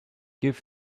give